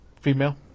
female